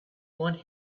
want